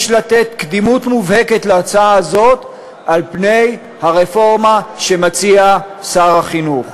יש לתת קדימות מובהקת להצעה הזאת על פני הרפורמה שמציע שר החינוך.